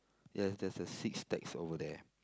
ya there's a six stacks over there